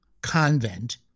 convent